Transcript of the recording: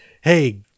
hey